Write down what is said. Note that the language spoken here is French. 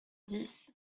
dix